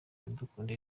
iradukunda